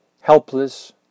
helpless